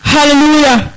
Hallelujah